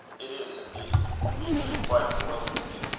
it is, indeed it quite bewilders me.